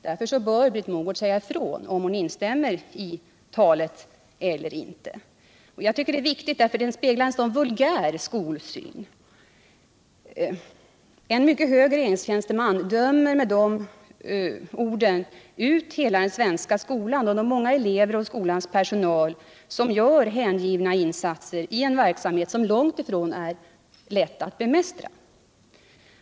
Därför bör Britt Mogård säga ifrån om hon instämmer i talet eller inte. Det är viktigt därför att talet speglar en så vulgär skolsyn. En mycket hög regeringstjänsteman dömer med det ut hela den svenska skolan, de många elever och skolans personal som gör hängivna insatser i en verksamhet som är långt ifrån lätt att bemästra.